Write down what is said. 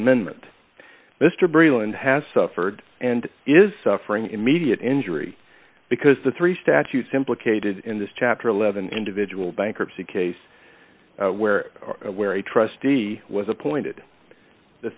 amendment mr breslin has suffered and is suffering immediate injury because the three statutes implicated in this chapter eleven individual bankruptcy case where where a trustee was appointed the